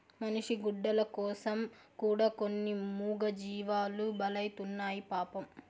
మనిషి గుడ్డల కోసం కూడా కొన్ని మూగజీవాలు బలైతున్నాయి పాపం